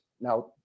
Now